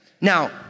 Now